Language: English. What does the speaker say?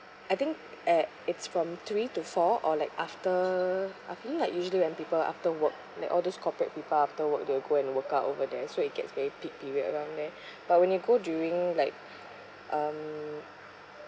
it's from three to four or like after afternoon like usually when people after work like all those corporate people after work they'll go and work out over there so it gets very peak period around there but when you go during like um